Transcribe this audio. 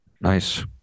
Nice